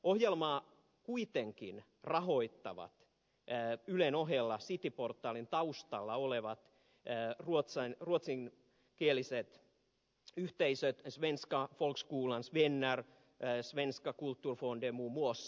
ohjelmaa kuitenkin rahoittavat ylen ohella cityportalin taustalla olevat ruotsinkieliset yhteisöt svenska folkskolans vänner svenska kulturfonden muun muassa